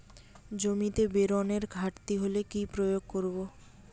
জমিতে বোরনের ঘাটতি হলে কি প্রয়োগ করব?